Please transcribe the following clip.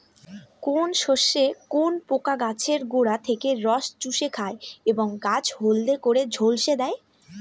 কোন শস্যে কোন পোকা গাছের গোড়া থেকে রস চুষে খায় এবং গাছ হলদে করে ঝলসে দেয়?